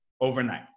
overnight